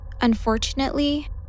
Unfortunately